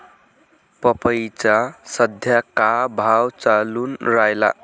पपईचा सद्या का भाव चालून रायला?